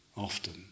often